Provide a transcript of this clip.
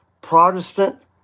Protestant